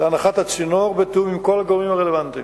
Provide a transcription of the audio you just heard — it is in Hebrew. להנחת הצינור בתיאום עם כל הגורמים הרלוונטיים.